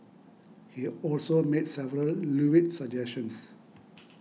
he also made several lewd suggestions